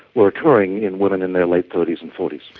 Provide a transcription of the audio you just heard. were occurring in women in their late thirty s and forty s.